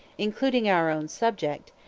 including our own subject,